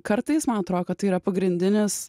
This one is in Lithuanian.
kartais man atrodo kad tai yra pagrindinis